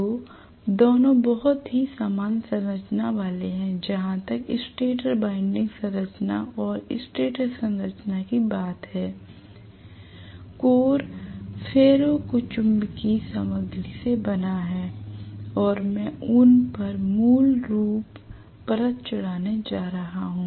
तो दोनों बहुत ही समान संरचना वाले हैं जहाँ तक स्टेटर वाइंडिंग संरचना और स्टेटर संरचना की बात है l कोर फेरो चुंबकीय सामग्री से बना है और मैं उन पर मूल रूप परत चढाने जा रहा हूं